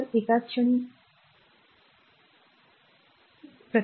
तर एका क्षणी मी आहे